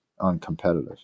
uncompetitive